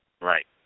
Right